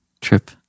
trip